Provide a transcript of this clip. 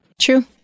True